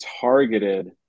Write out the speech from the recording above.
targeted